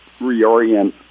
reorient